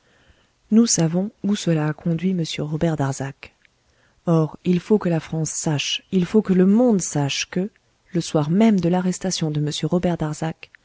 nous savons où cela a conduit m robert darzac or il faut que la france sache il faut que le monde sache que le soir même de l'arrestation de m robert darzac